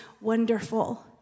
wonderful